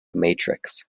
matrix